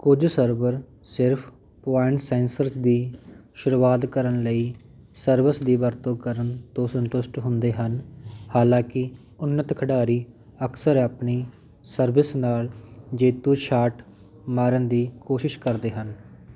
ਕੁਝ ਸਰਵਰ ਸਿਰਫ਼ point sensors ਦੀ ਸ਼ੁਰੂਆਤ ਕਰਨ ਲਈ ਸਰਵਿਸ ਦੀ ਵਰਤੋਂ ਕਰਨ ਤੋਂ ਸੰਤੁਸ਼ਟ ਹੁੰਦੇ ਹਨ ਹਾਲਾਂਕਿ ਉੱਨਤ ਖਿਡਾਰੀ ਅਕਸਰ ਆਪਣੀ ਸਰਵਿਸ ਨਾਲ ਜੇਤੂ ਸ਼ਾਟ ਮਾਰਨ ਦੀ ਕੋਸ਼ਿਸ਼ ਕਰਦੇ ਹਨ